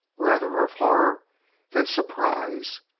rather of horror than surprise.